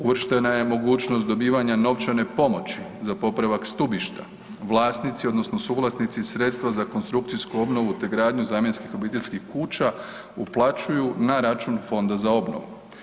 Uvrštena je mogućnost dobivanja novčane pomoći za popravak stubišta, vlasnici odnosno suvlasnici sredstva za konstrukcijsku obnovu te gradnju zamjenskih obiteljskih kuća, uplaćuju na račun Fonda za obnovu.